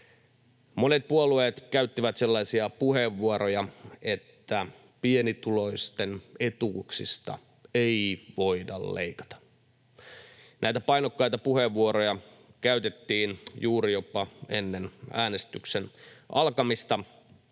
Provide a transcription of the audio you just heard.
Monet puolueet käyttivät sellaisia puheenvuoroja, että pienituloisten etuuksista ei voida leikata. Näitä painokkaita puheenvuoroja käytettiin jopa juuri ennen äänestyksen alkamista,